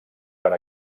per